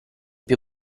più